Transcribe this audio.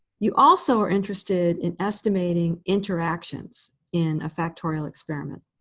you also are interested in estimating interactions in a factorial experiment.